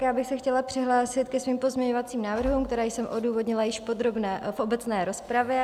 Já bych se chtěla přihlásit ke svým pozměňovacím návrhům, které jsem odůvodnila již v obecné rozpravě.